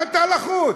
מה אתה לחוץ?